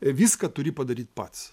viską turi padaryt pats